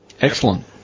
Excellent